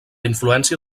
influència